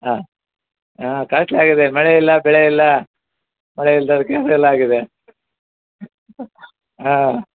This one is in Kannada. ಹಾಂ ಕಾಸ್ಟ್ಲಿ ಆಗಿದೆ ಮಳೆ ಇಲ್ಲ ಬೆಳೆ ಇಲ್ಲ ಮಳೆ ಇಲ್ದೋದಕ್ಕೆ ಫೇಲ್ ಆಗಿದೆ ಹಾಂ